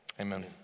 Amen